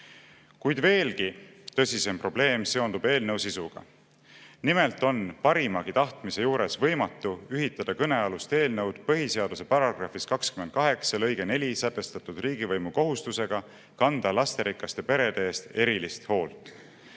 Kuid veelgi tõsisem probleem seondub eelnõu sisuga. Nimelt on parimagi tahtmise juures võimatu ühitada kõnealust eelnõu põhiseaduse § 28 lõikes 4 sätestatud riigivõimu kohustusega kanda lasterikaste perede eest erilist hoolt.